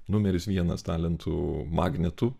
numeris vienas talentų magnetu